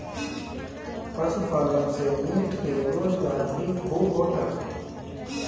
पशुपालन से मीट के रोजगार भी खूब होता